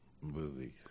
movies